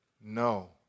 no